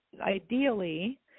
ideally